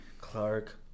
Clark